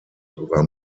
war